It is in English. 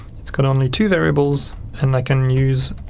it's got only two variables and i can use